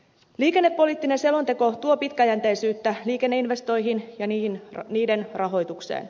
liikennepoliittinen selonteko tuo pitkäjänteisyyttä liikenneinvestointeihin ja niiden rahoitukseen